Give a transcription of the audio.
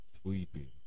sweeping